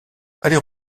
aller